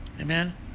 Amen